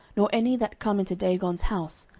nor any that come into dagon's house,